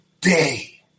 day